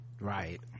right